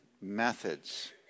methods